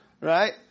Right